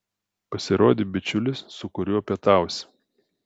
pasirodė bičiulis su kuriuo pietausiu